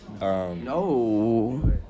No